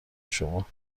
شما